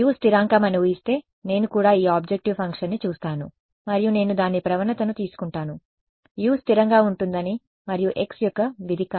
U స్థిరాంకం అని ఊహిస్తే నేను కూడా ఈ ఆబ్జెక్టివ్ ఫంక్షన్ని చూస్తాను మరియు నేను దాని ప్రవణతను తీసుకుంటాను U స్థిరంగా ఉంటుందని మరియు x యొక్క విధి కాదు